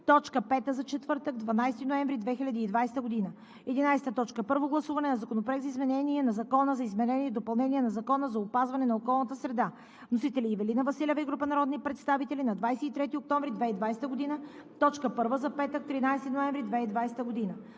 точка пета за четвъртък, 12 ноември 2020 г. 11. Първо гласуване на Законопроекта за изменение на Закона за изменение и допълнение на Закона за опазване на околната среда. Вносители – Ивелина Василева и група народни представители, 23 октомври 2020 г. – точка първа за петък, 13 ноември 2020 г.